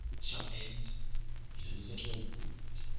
shalt end in a little point,